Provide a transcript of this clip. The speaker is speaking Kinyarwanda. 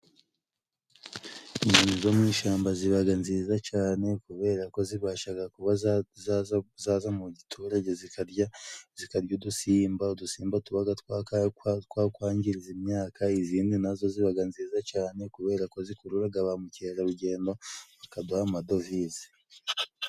Inyoni zo mu ishyamba ziba nziza cyane, kubera ko zibasha kuba zaza mu giturage, zikarya udusimba tuba twakwangiza imyaka. Izindi na zo ziba nziza cyane kubera ko zikurura ba mukerarugendo, bakaduha amadovize.